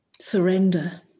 surrender